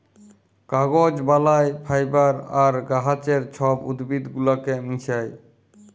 কাগজ বালায় ফাইবার আর গাহাচের ছব উদ্ভিদ গুলাকে মিশাঁয়